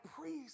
priest